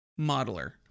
modeler